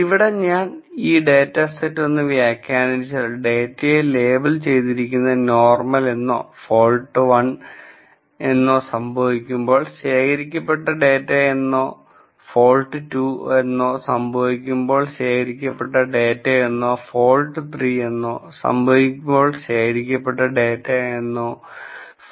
ഇവിടെ ഞാൻ ഡേറ്റാസെറ്റ് ഒന്ന് വ്യാഖ്യാനിച്ചാൽ ഡേറ്റയെ ലേബൽ ചെയ്തിരിക്കുന്നത് നോർമൽ എന്നോ ഫോൾട്ട് 1 സംഭവിക്കുമ്പോൾ ശേഖരിക്കപ്പെട്ട ഡാറ്റ എന്നോ ഫോൾട്ട് 2 സംഭവിക്കുമ്പോൾ ശേഖരിക്കപ്പെട്ട ഡാറ്റ എന്നോ ഫോൾട്ട് 3 സംഭവിക്കുമ്പോൾ ശേഖരിക്കപ്പെട്ട ഡാറ്റ എന്നോ ആണ്